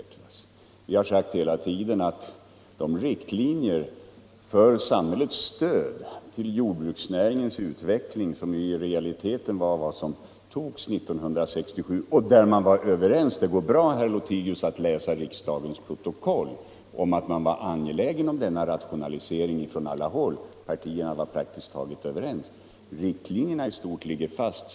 Vi har hela tiden sagt att riktlinjerna för samhätllets stöd till jordbrukets utveckling ligger fast. Det var dessa riktlinjer som låg till grund för beslutet 1967. Det går bra, herr Lothigius, att läsa riksdagens protokoll, Allmänpolitisk debatt ÅAllmänpolitisk: debatt 180 där man kan se att vi inom alla partier var angelägna om denna rationalisering. Riktlinjerna i stort ligger fast.